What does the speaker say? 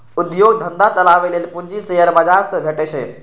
उद्योग धंधा चलाबै लेल पूंजी शेयर बाजार सं भेटै छै